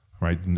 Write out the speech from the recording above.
right